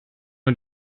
und